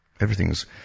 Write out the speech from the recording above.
Everything's